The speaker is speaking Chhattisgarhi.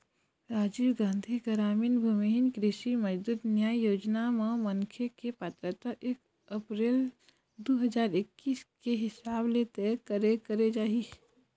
राजीव गांधी गरामीन भूमिहीन कृषि मजदूर न्याय योजना म मनखे के पात्रता एक अपरेल दू हजार एक्कीस के हिसाब ले तय करे करे जाही